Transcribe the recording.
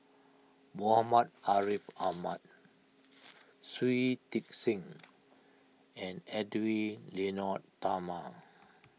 Muhammad Ariff Ahmad Shui Tit Sing and Edwy Lyonet Talma